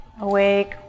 awake